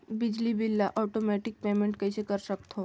बिजली बिल ल automatic payment कइसे कर सकथव?